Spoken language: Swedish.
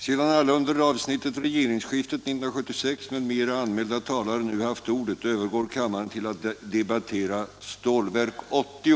Sedan alla under avsnittet Regeringsskiftet 1976, m.m. anmälda talare nu haft ordet övergår kammaren till att debattera Stålverk 80.